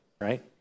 right